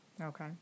Okay